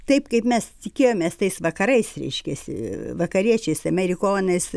taip kaip mes tikėjomės tais vakarais reiškiasi vakariečiais amerikonais